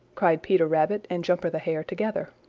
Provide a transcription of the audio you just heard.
cried peter rabbit and jumper the hare together.